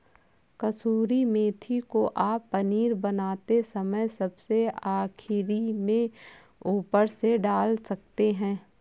कसूरी मेथी को आप पनीर बनाते समय सबसे आखिरी में ऊपर से डाल सकते हैं